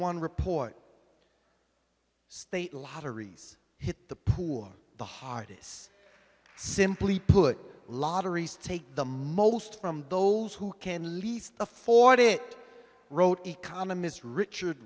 one report state lotteries hit the pool the hardys simply put lotteries take the most from those who can least afford it wrote economist richard